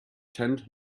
tenth